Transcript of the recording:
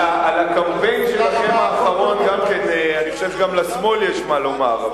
על הקמפיין האחרון שלכם לבחירות אני חושב שגם לשמאל יש מה לומר.